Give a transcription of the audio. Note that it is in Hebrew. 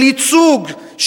של ייצוג,